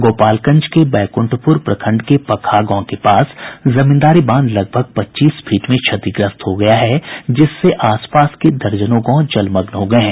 गोपालगंज के बैकुंठपुर प्रखंड के पकहा गांव के पास जमींदारी बांध लगभग पच्चीस फीट में क्षतिग्रस्त हो गया है जिससे आसपास के दर्जनों गांव जलमग्न हो गये हैं